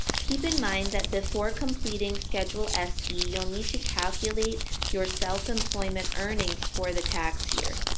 keep in mind that before completing schedule se you'll need to calculate your self employment earnings for the tax here.